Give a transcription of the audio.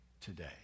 today